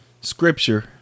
scripture